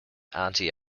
anti